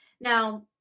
now